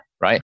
right